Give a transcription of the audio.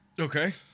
Okay